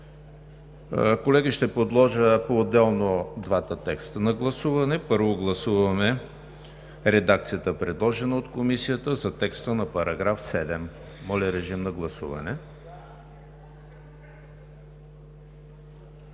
Колеги, ще подложа поотделно двата текста на гласуване. Първо гласуваме редакцията, предложена от Комисията за текста на § 7. Гласували